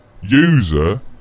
user